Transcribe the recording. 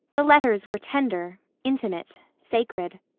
the letters were tender, intimate, sacred.